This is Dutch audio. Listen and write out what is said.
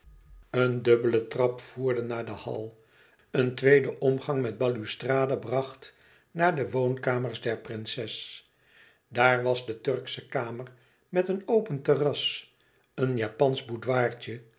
een dubbele trap voerde naar den hall een tweede omgang met balustrade bracht naar de woonkamers der prinses daar was de turksche kamer met een open terras een japansch